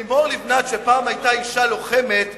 לימור לבנת, שפעם היתה אשה לוחמת,